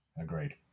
agreed